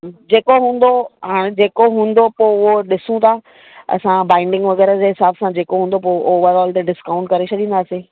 जेको हूंदो हाणे जेको हूंदो पोइ उहो ॾिसूं था असां बाइंडिंग वग़ैरह जे हिसाब सां जेको हूंदो पोइ ओवरऑल ते ॾिस्काउंट करे छॾींदासीं